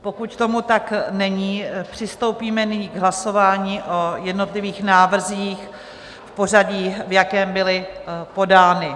Pokud tomu tak není, přistoupíme nyní k hlasování o jednotlivých návrzích v pořadí, v jakém byly podány.